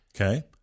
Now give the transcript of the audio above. Okay